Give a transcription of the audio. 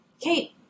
Kate